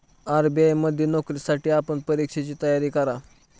RBI मध्ये नोकरीसाठी आपण परीक्षेची तयारी करा